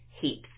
heaps